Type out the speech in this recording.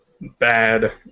bad